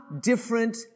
different